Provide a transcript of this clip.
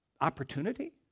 opportunity